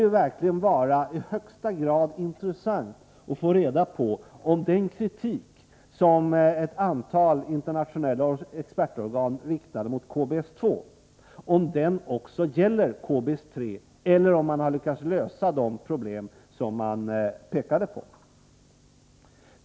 Det borde ju vara högst intressant att få reda på, om den kritik som ett antal internationella expertorgan riktade mot KBS-2 också gäller KBS-3. Eller har man lyckats lösa de problem som tidigare påtalats?